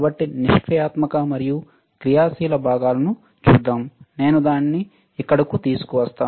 కాబట్టి నిష్క్రియాత్మక మరియు క్రియాశీల భాగాలను చూద్దాం నేను దానిని ఇక్కడకు తీసుకువస్తాను